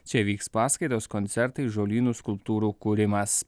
čia vyks paskaitos koncertai žolynų skulptūrų kūrimas